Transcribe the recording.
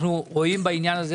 אנחנו רואים בעניין הזה